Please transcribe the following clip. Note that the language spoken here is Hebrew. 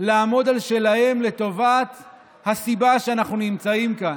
לעמוד על שלהם לטובת הסיבה שבשלה אנחנו נמצאים כאן.